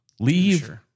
Leave